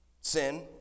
Sin